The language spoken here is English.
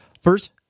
First